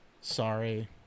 Sorry